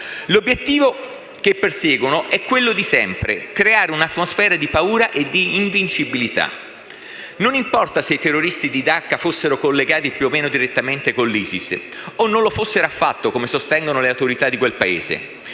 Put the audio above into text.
L'obiettivo che perseguono è quello di sempre: creare un'atmosfera di paura e di invincibilità. Non importa se i terroristi di Dacca fossero collegati più o meno direttamente con l'ISIS, o non lo fossero affatto, come sostengono le autorità di quel Paese.